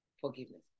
forgiveness